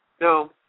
No